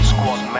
Squad